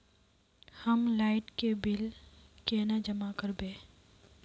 हम लाइट के बिल केना जमा करबे?